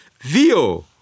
Vio